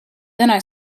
then